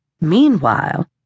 Meanwhile